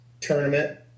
tournament